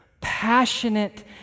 passionate